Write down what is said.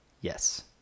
Yes